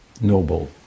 Noble